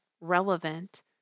relevant